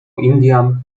indian